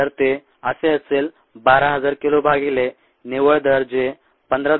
तर ते असे असेल 12000 किलो भागिले निव्वळ दर जे 15